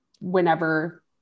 whenever